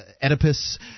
Oedipus